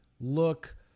look